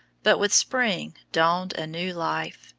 but with spring dawned a new life.